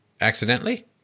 Accidentally